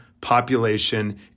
population